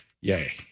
Yay